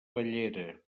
bellera